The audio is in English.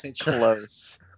close